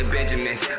Benjamins